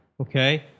Okay